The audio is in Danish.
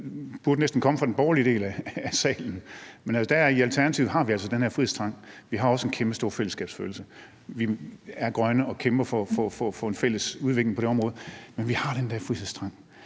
det her næsten burde komme fra den borgerlige del af salen, men i Alternativet har vi altså den her frihedstrang, og vi har også en kæmpestor fællesskabsfølelse. Vi er grønne og kæmper for at få en fælles udvikling på det område, men vi har den der frihedstrang.